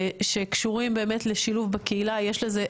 שקשורים באמת לשילוב בקהילה יש להם